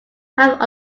have